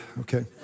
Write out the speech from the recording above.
okay